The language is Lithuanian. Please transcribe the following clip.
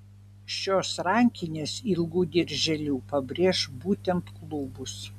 šios rankinės ilgu dirželiu pabrėš būtent klubus